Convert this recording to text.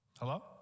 Hello